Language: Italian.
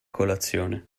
colazione